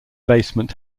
basement